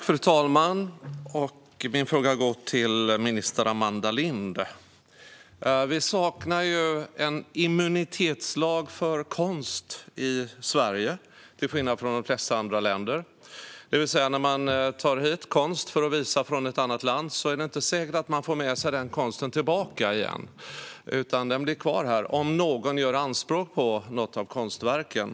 Fru talman! Min fråga går till minister Amanda Lind. Sverige saknar ju en immunitetslag för konst, till skillnad från de flesta andra länder. När man tar hit konst från ett annat land för att visa den är det därmed inte säkert att man får med sig konsten tillbaka igen, utan den blir kvar här om någon gör anspråk på något av konstverken.